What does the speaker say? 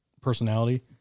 personality